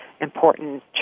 important